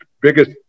biggest